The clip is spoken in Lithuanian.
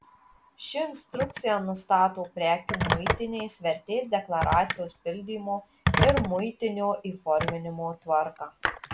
ši instrukcija nustato prekių muitinės vertės deklaracijos pildymo ir muitinio įforminimo tvarką